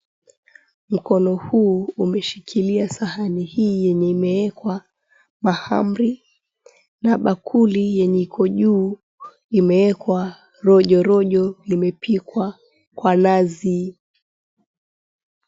Mkono huu umeshikilia sahani hii yenye imewekwa mahamri na bakuli yenye iko juu imewekwa rojorojo. Limepikwa kwa nazi.